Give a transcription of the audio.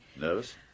Nervous